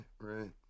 right